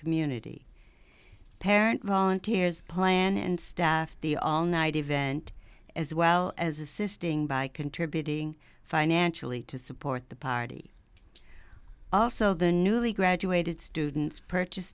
community parent volunteers plan and staff the all night event as well as assisting by contributing financially to support the party also the newly graduated students purchase